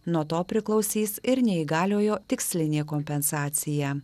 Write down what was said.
nuo to priklausys ir neįgaliojo tikslinė kompensacija